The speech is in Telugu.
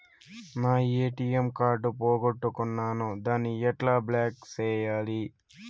నా ఎ.టి.ఎం కార్డు పోగొట్టుకున్నాను, దాన్ని ఎట్లా బ్లాక్ సేయాలి?